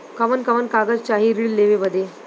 कवन कवन कागज चाही ऋण लेवे बदे?